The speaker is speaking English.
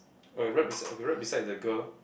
okay right beside okay right beside the girl